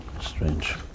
Strange